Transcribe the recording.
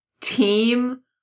team